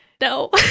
no